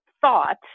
thought